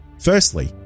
Firstly